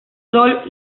soy